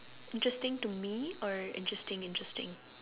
interesting to me or interesting interesting